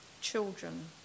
children